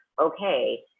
okay